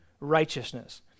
righteousness